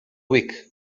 week